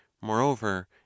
moreover